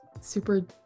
super